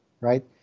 right